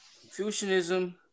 Confucianism